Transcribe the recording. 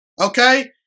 Okay